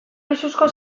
luxuzko